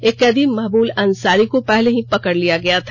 एक कैदी महबुल अंसारी को पहले ही पकड़ लिया गया था